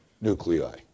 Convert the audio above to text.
nuclei